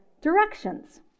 directions